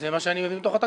זה מה שאני מבין מהתקנות.